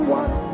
one